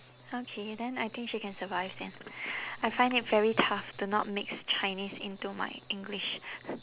okay then I think she can survive then I find it very tough to not mix chinese into my english